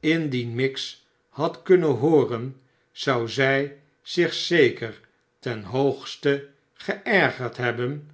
indien miggs had kunnen hooren zou zij zich zeker ten liqogst geergerd hebben